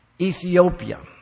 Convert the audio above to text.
Ethiopia